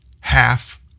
half